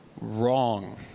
wrong